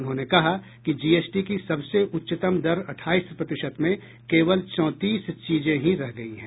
उन्होंने कहा कि जीएसटी की सबसे उच्चतम दर अठाईस प्रतिशत में केवल चौंतीस चीजें ही रह गयी है